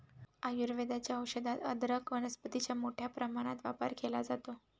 आयुर्वेदाच्या औषधात अदरक वनस्पतीचा मोठ्या प्रमाणात वापर केला जातो